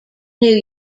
new